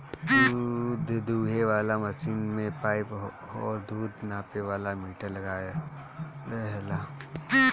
दूध दूहे वाला मशीन में पाइप और दूध नापे वाला मीटर लागल रहेला